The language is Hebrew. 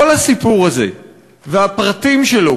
כל הסיפור הזה והפרטים שלו,